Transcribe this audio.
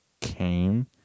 Came